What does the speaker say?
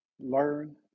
Learn